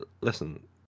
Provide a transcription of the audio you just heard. Listen